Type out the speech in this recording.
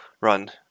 run